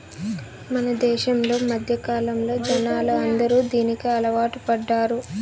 మన దేశంలో మధ్యకాలంలో జనాలు అందరూ దీనికి అలవాటు పడ్డారు